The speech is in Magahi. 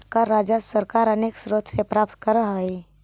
कर राजस्व सरकार अनेक स्रोत से प्राप्त करऽ हई